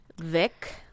Vic